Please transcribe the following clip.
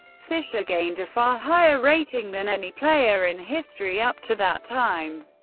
fischer gained a far higher rating than any player in history up to that time.